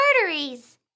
arteries